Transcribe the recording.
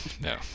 no